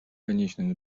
конечном